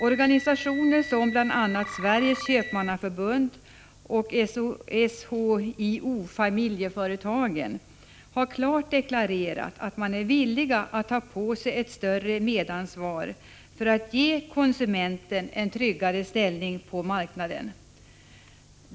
Organisationer som Sveriges Köpmannaförbund och SHIO-Familjeföretagen har klart deklarerat att man är villig att ta på sig ett större medansvar för att ge konsumenten en tryggare ställning på marknaden.